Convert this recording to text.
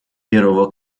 первого